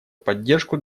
поддержку